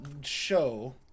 show